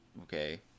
okay